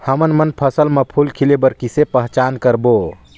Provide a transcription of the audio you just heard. हमन मन फसल म फूल खिले बर किसे पहचान करबो?